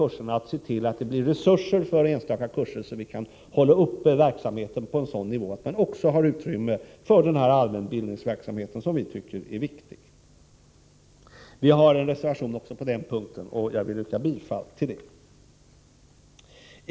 På det här viset kan man se till att det finns resurser för enstaka kurser, så att vi kan hålla verksamheten på en sådan nivå att det även blir utrymme för denna viktiga allmänbildningsverksamhet. Vi har en reservation också på denna punkt, och jag vill yrka bifall till den.